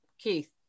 Keith